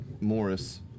Morris